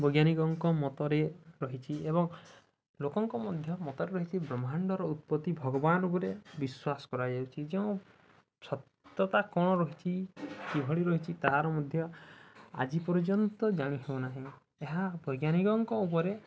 ବୈଜ୍ଞାନିକଙ୍କ ମତରେ ରହିଚି ଏବଂ ଲୋକଙ୍କ ମଧ୍ୟ ମତରେ ରହିଚ ବ୍ରହ୍ମାଣ୍ଡର ଉତ୍ପତ୍ତି ଭଗବାନ ଉପରେ ବିଶ୍ୱାସ କରାଯାଉଛି ଯେଉଁ ସତ୍ୟତା କ'ଣ ରହିଛି କିଭଳି ରହିଛି ତାହାର ମଧ୍ୟ ଆଜି ପର୍ଯ୍ୟନ୍ତ ଜାଣି ହେଉନାହିଁ ଏହା ବୈଜ୍ଞାନିକଙ୍କ ଉପରେ